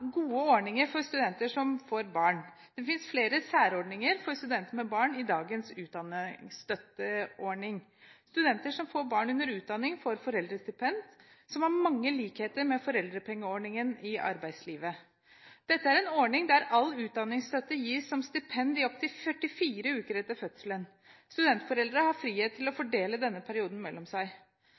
gode ordninger for studenter som får barn. Det finnes flere særordninger for studenter med barn i dagens utdanningsstøtteordning. Studenter som får barn under utdanning, får foreldrestipend, som har mange likheter med foreldrepengeordningen i arbeidslivet. Dette er en ordning der all utdanningsstøtte gis som stipend i opptil 44 uker etter fødselen. Studentforeldre har frihet til å fordele denne perioden mellom seg.